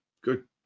good